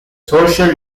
social